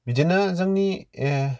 बिदिनो जोंनि ओह